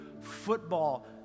football